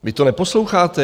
Vy to neposloucháte?